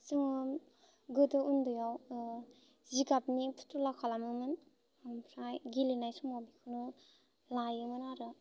जोङो गोदो उन्दैयाव जिगाबनि फुथुला खालामोमोन ओमफ्राय गेलेनाय समाव बिखौनो लायोमोन आरो